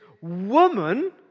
woman